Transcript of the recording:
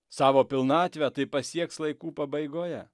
savo pilnatvę taip pasieks laikų pabaigoje